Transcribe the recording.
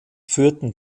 führten